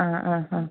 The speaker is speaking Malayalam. ആ ആ ആ